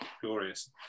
glorious